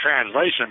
translation